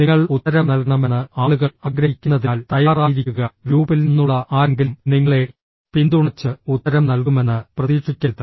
നിങ്ങൾ ഉത്തരം നൽകണമെന്ന് ആളുകൾ ആഗ്രഹിക്കുന്നതിനാൽ തയ്യാറായിരിക്കുക ഗ്രൂപ്പിൽ നിന്നുള്ള ആരെങ്കിലും നിങ്ങളെ പിന്തുണച്ച് ഉത്തരം നൽകുമെന്ന് പ്രതീക്ഷിക്കരുത്